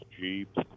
Jeeps